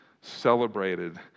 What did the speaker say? celebrated